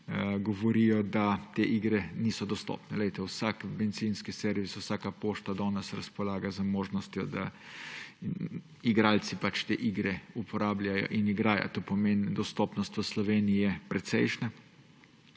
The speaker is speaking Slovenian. govorijo, da te igre niso dostopne. Vsak bencinski servis, vsaka pošta danes razpolaga z možnostjo, da igralci te igre uporabljajo in igrajo. To pomeni, da je dostopnost v Sloveniji precejšnja.